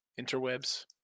Interwebs